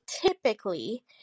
typically